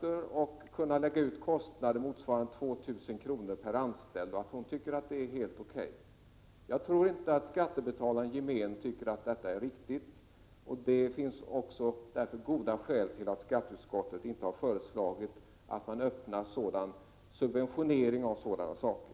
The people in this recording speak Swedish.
på lustjakter motsvarande 2 000 kr. per anställd. Jag tror inte att skattebetalaren i gemen tycker att detta är riktigt. Därför finns det också goda skäl till att skatteutskottet inte har föreslagit att man öppnar möjligheter till subventionering av sådana saker.